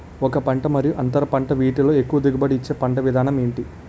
ఒక పంట మరియు అంతర పంట వీటిలో ఎక్కువ దిగుబడి ఇచ్చే పంట విధానం ఏంటి?